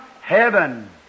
heaven